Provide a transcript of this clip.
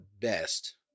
best